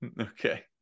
Okay